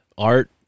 art